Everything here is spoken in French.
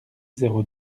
zéro